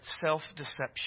self-deception